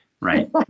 right